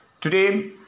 Today